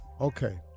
Okay